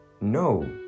no